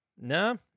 No